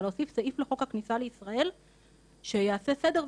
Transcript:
זה להוסיף סעיף לחוק הכניסה לישראל שיעשה סדר,